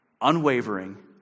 unwavering